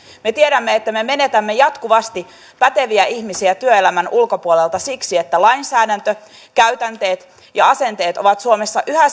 me tiedämme että me menetämme jatkuvasti päteviä ihmisiä työelämän ulkopuolelle siksi että lainsäädäntö käytänteet ja asenteet ovat suomessa yhä